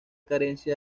carencia